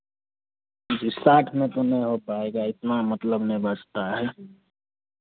जी साठ में तो नहीं हो पाएगा इतना मतलब नहीं बचता है